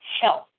health